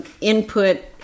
input